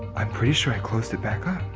i'm pretty sure i closed it back up